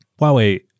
Huawei